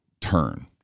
turn